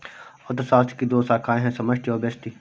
अर्थशास्त्र की दो शाखाए है समष्टि और व्यष्टि